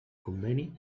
conveni